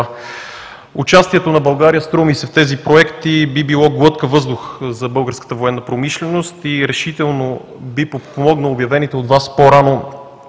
Участието на България, струва ми се, в тези проекти би било глътка въздух за българската военна промишленост и решително би подпомогнало обявените от Вас по-рано